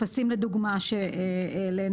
טפסים לדוגמה שהעלינו